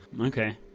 Okay